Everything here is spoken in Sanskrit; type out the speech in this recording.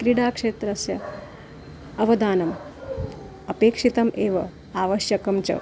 क्रीडाक्षेत्रस्य अवदानम् अपेक्षितम् एव आवश्यकं च